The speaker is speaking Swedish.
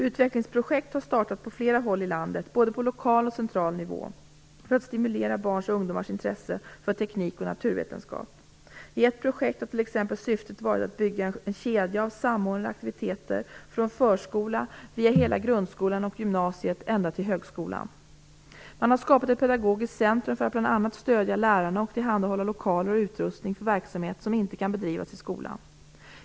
Utvecklingsprojekt har startat på flera håll i landet, både på lokal och central nivå, för att stimulera barns och ungdomars intresse för teknik och naturvetenskap. I ett projekt har t.ex. syftet varit att bygga en kedja av samordnade aktiviteter från förskolan via hela grundskolan och gymnasiet ända till högskolan. Man har skapat ett pedagogiskt centrum för att bl.a. stödja lärarna och tillhandahålla lokaler och utrustning för verksamhet som inte kan bedrivas i skolan.